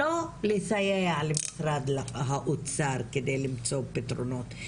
לא לסייע למשרד האוצר כדי למצוא פתרונות,